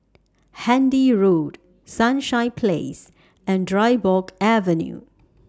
Handy Road Sunshine Place and Dryburgh Avenue